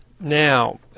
Now